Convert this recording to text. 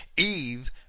Eve